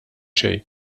xejn